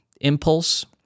impulse